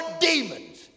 demons